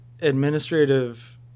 administrative